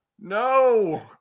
No